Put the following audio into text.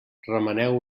remeneu